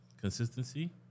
consistency